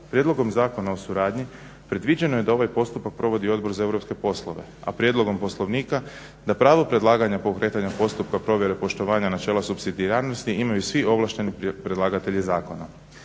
Prijedlogom zakona o suradnji predviđeno je da ovaj postupak provodi Odbor za europske poslove, a prijedlogom Poslovnika da pravo predlaganja pokretanja postupka provjere poštovanja načela supsidijarnosti imaju svi ovlašteni predlagatelji zakona.